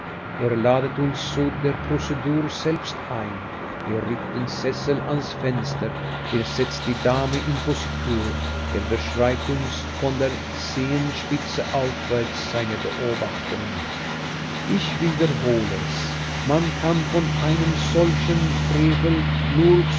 ladet uns zu der prozedur selbst ein er rückt den sessel ans fenster er setzt die dame in positur er beschreibt uns von der zehenspitze aufwärts seine beobachtungen ich wiederhole es man kann von einem solchen frevel nur